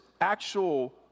actual